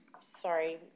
Sorry